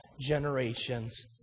generations